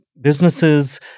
businesses